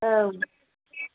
औ